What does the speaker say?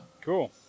Cool